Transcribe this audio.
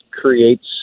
creates